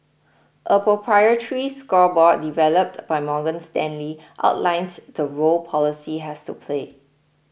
a proprietary scorecard developed by Morgan Stanley outlines the role policy has to play